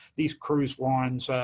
these cruise lines,